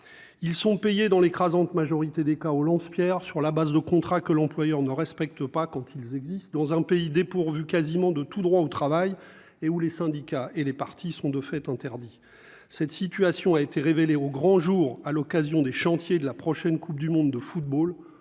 ils sont payés dans l'écrasante majorité des cas au lance- pierres, sur la base de contrats que l'employeur ne respectent pas, quand ils existent, dans un pays dépourvu quasiment de tout droit au travail et où les syndicats et les partis sont de fait interdits, cette situation a été révélé au grand jour à l'occasion des chantiers de la prochaine Coupe du monde de football,